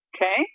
Okay